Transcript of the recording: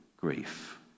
grief